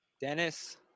Dennis